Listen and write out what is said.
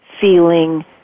feeling